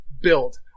Build